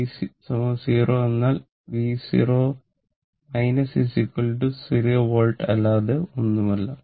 v 0 എന്നാൽ v0 0 volt അല്ലാതെ മറ്റൊന്നുമല്ല